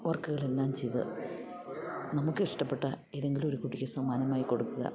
വർക്കുകളെല്ലാം ചെയ്ത് നമുക്കിഷ്ടപ്പെട്ട ഏതെങ്കിലും ഒരു കുട്ടിക്ക് സമ്മാനമായി കൊടുക്കുക